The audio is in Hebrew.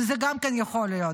שזה גם כן יכול להיות.